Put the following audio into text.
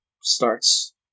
starts